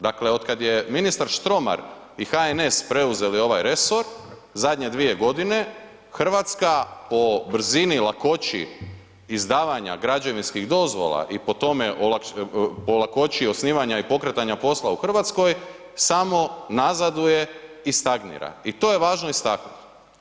Dakle od kada je ministar Štromar i HNS preuzeli ovaj resor, zadnje dvije godine, Hrvatska po brzini, lakoći izdavanja građevinskih dozvola i po lakoći osnivanja i pokretanja posla u Hrvatskoj samo nazaduje i stagnira i to je važno istaknuti.